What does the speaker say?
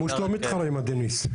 מושט לא מתחרה עם הדניס.